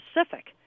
specific